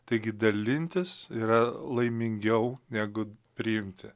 taigi dalintis yra laimingiau negu priimti